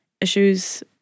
issues